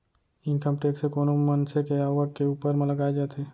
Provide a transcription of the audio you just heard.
income tax कोनो मनसे के आवक के ऊपर म लगाए जाथे